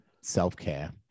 self-care